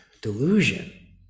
delusion